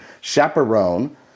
chaperone